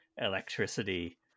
electricity